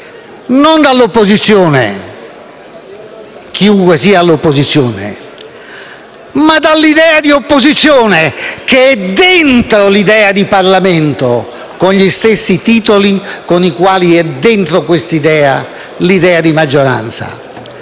non per l'opposizione, chiunque essa sia, ma per l'idea di opposizione che è dentro l'idea di Parlamento con gli stessi titoli con i quali è dentro l'idea di maggioranza.